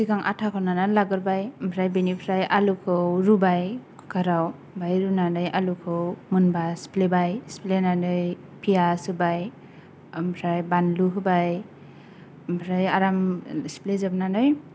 सिगां आथाखौ नानानै लागोरबाय ओमफ्राय बेनिफ्राय आलुखौ रुबाय कुकाराव ओमफ्राय रुनानै आलुखौ मोनबा सिफ्लेबाय सिफ्लेनानै पियास होबाय ओमफ्राय बानलु होबाय ओमफ्राय अराम सिफ्लेजोबनानै